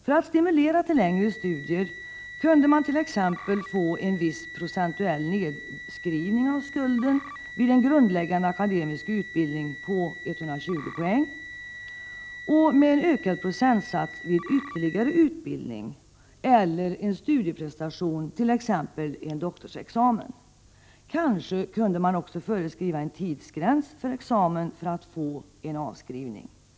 För att stimulera till längre studier kunde t.ex. införas en viss procentuell nedskrivning av skulden vid en grundläggande akademisk utbildning på 120 poäng och med en ökad procentsats vid ytterligare utbildning eller studieprestation, t.ex. en doktorsexamen. Kanske kunde också en tidsgräns för examen föreskrivas för att en avskrivning skall medges.